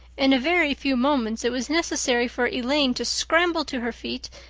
in a very few moments it was necessary for elaine to scramble to her feet,